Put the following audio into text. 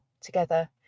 together